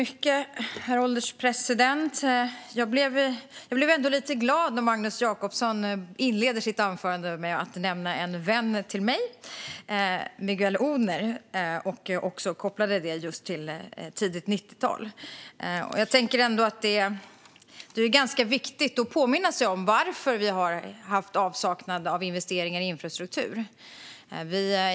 Herr ålderspresident! Jag blev lite glad när Magnus Jacobsson inledde sitt anförande med att nämna en vän till mig, Miguel Odhner, och koppla det till tidigt 90-tal. Jag tänker att det är ganska viktigt att påminna sig om varför vi har haft en avsaknad av investeringar i infrastruktur.